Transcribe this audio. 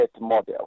model